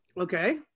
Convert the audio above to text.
Okay